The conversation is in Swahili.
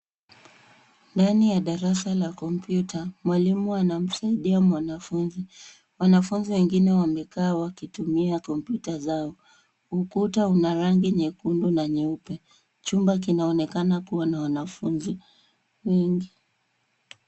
Ndani ya darasa la kompyuta mwalimu anamsaidia mwanafunzi. Wanafunzi wengine wamekaa wakitumia kompyuta zao. Ukuta una rangi nyekundu na nyeupe. Chumba kinaonekana kuwa na wanafunzi wengi.